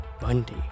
Bundy